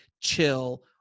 chill